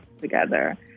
together